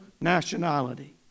nationality